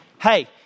hey